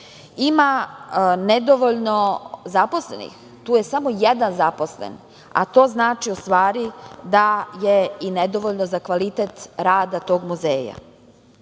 ima nedovoljno zaposlenih, tu je samo jedan zaposlen, a to znači u stvari da je i nedovoljno za kvalitet rada tog